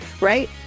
right